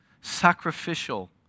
sacrificial